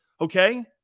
Okay